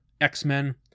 X-Men